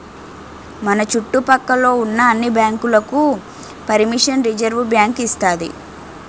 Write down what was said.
మన చుట్టు పక్క లో ఉన్న అన్ని బ్యాంకులకు పరిమిషన్ రిజర్వుబ్యాంకు ఇస్తాది